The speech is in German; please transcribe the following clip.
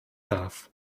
darf